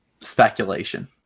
Speculation